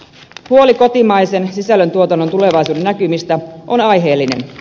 huoli kotimaisen sisällöntuotannon tulevaisuudennäkymistä on aiheellinen